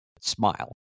smile